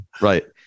Right